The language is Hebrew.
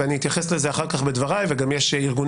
ואני אתייחס לזה אחר כך בדבריי ויש גם ארגונים